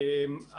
תמשיך.